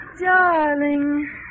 Darling